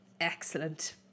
excellent